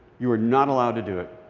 you are not allowed to do it.